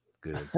good